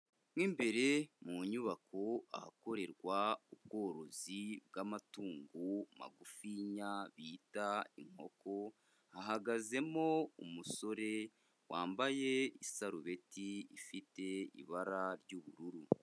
Mo imbere mu nyubako ahakorerwa ubworozi bw'amatungo magufinya bita inkoko, hahagazemo umusore wambaye isarubeti ifite ibara ry'ubururu.